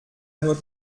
nur